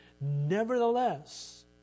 Nevertheless